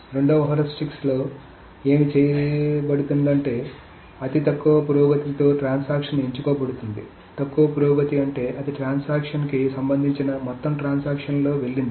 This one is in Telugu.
రెండవ హ్యూరిస్టిక్లో ఏమి చేయబడుతుందంటే అతి తక్కువ పురోగతితో ట్రాన్సాక్షన్ ఎంచుకోబడుతోంది తక్కువ పురోగతి అంటే అది ట్రాన్సాక్షన్ కి సంబంధించిన మొత్తం ట్రాన్సాక్షన్ లలోకి వెళ్లింది